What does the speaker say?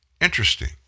Interesting